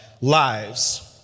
lives